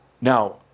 Now